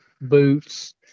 boots